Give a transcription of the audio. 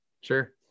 Sure